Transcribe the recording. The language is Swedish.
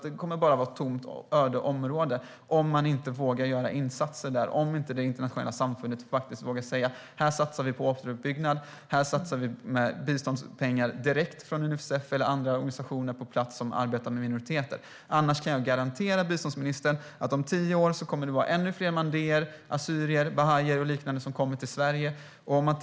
Det kommer bara att vara ett tomt, öde område, om man inte vågar göra några insatser, om inte det internationella samfundet vågar säga: Här satsar vi på återuppbyggnad med pengar direkt från Unicef eller andra organisationer på plats som arbetar med minoriteter. Annars kan jag garantera biståndsministern att om tio år kommer det att vara ännu fler mandéer, assyrier, bahaier med flera som kommer till Sverige.